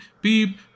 beep